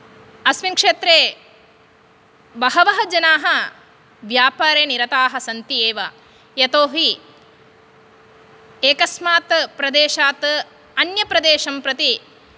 अस्मिन् क्षेत्रे बहवः जनाः व्यापारे निरताः सन्ति एव यतोऽहि एकस्मात् प्रदेशात् अन्यप्रदेशं प्रति